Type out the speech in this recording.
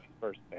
first